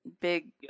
Big